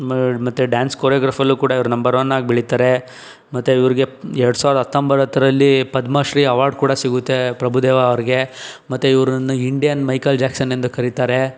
ಮತ್ತೆ ಡ್ಯಾನ್ಸ್ ಕೊರಿಯೋಗ್ರಾಫಲ್ಲೂ ಕೂಡ ಇವರು ನಂಬರ್ ಒನ್ ಆಗಿ ಬೆಳಿತಾರೆ ಮತ್ತು ಇವರಿಗೆ ಎರಡು ಸಾವಿರದ ಹತ್ತೊಂಬತ್ತರಲ್ಲಿ ಪದ್ಮಶ್ರೀ ಅವಾರ್ಡ್ ಕೂಡ ಸಿಗುತ್ತೆ ಪ್ರಭುದೇವ ಅವರಿಗೆ ಮತ್ತೆ ಇವರನ್ನು ಇಂಡಿಯನ್ ಮೈಕಲ್ ಜಾಕ್ಸನ್ ಎಂದು ಕರಿತಾರೆ